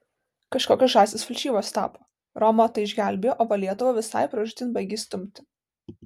kažkokios žąsys falšyvos tapo romą tai išgelbėjo o va lietuvą visai pražūtin baigia įstumti